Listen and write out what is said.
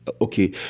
okay